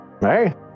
hey